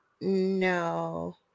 No